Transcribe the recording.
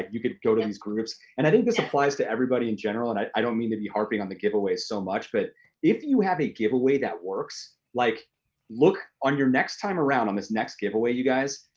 you could go to these groups. and i think this applies to everybody in general, and i don't mean to be harping on the giveaways so much but if and you have a giveaway that works, like look on your next time around, on this next giveaway, you guys,